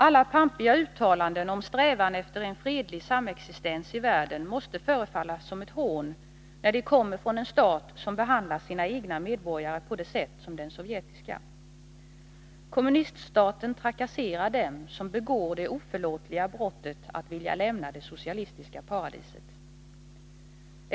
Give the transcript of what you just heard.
Alla pampiga uttalanden om strävan efter fredlig samexistens i världen jetunionen måste förefalla som ett hån när de kommer från en stat som behandlar sina egna medborgare på det sätt som den sovjetiska. Kommuniststaten trakasserar dem som begår det oförlåtliga brottet att vilja lämna det socialistiska paradiset.